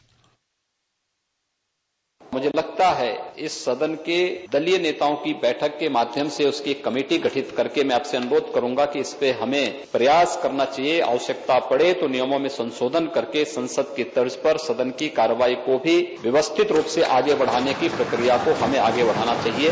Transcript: bite मुझे लगता है कि इस सदन के दलीय नेताओं की बैठक के माध्यम से उसकी एक कमेटी गठित करके मै आपसे अनुरोध करूंगा कि इससे हमें पयास करना चाहिये आवश्यकता पड़े तो नियमों में संशोधन करके संसद के तज परसदन की कार्यवाही को भी व्यवस्थित रूप से आगे बढ़ाने की प्रक्रिया को हमें आगे बढ़ाना चाहिये